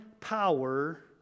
power